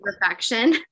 perfection